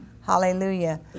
Hallelujah